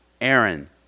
Aaron